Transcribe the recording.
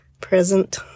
present